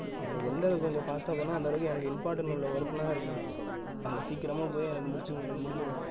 அது எனக்கு எந்தளவுக்கு கொஞ்சம் ஃபாஸ்ட்டாக போனால் அந்தளவுக்கு எனக்கு இம்பார்ட்டன் உள்ள ஒர்க்கெலாம் இருக்குண்ணே அங்கே சீக்கிரமாக போய் எனக்கு முடிச்சிக்கொடுத்தா முடிஞ்சிடும்